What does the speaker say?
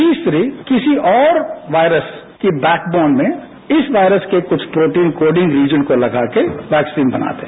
तीसरी किसी और वॉयरस की बैक बॉन में इस वॉयरस के कुछ प्रोटीन कोडिंग रीजन को लगा के वैक्सीन बनाते हैं